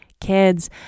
kids